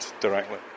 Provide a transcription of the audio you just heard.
directly